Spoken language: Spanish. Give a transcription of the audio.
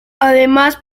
además